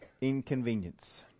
inconvenience